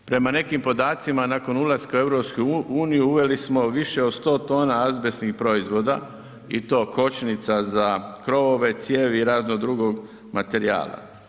Prema nekim podacima, nakon ulaska u EU uveli smo više od 100 tona azbestnih proizvoda i to kočnica za krovove, cijevi i raznog drugog materijala.